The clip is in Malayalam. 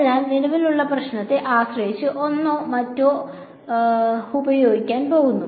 അതിനാൽ നിലവിലുള്ള പ്രശ്നത്തെ ആശ്രയിച്ച് ഒന്നോ മറ്റോ ഉപയോഗിക്കാൻ പോകുന്നു